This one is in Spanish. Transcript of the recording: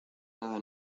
nada